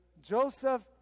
Joseph